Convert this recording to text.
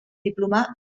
diplomà